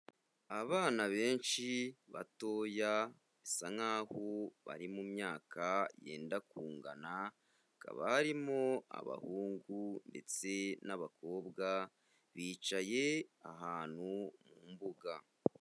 Abana benshi batoya bisa nkaho bari mumyaka yenda kungana, hakaba harimo abahungu ndetse n'abakobwa bicaye ahantu mu mbuga.